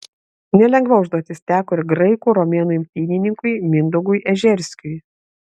nelengva užduotis teko ir graikų romėnų imtynininkui mindaugui ežerskiui